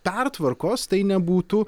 pertvarkos tai nebūtų